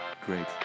Great